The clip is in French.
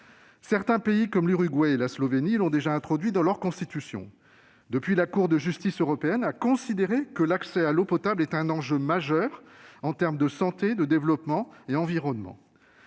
Certains pays, comme l'Uruguay et la Slovénie, l'ont déjà introduit dans leur Constitution. Depuis, la Cour de justice de l'Union européenne a considéré que l'accès à l'eau potable est un enjeu majeur en termes de santé, de développement et d'environnement.